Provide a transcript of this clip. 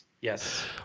yes